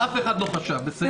אז אף אחד לא חשב, בסדר.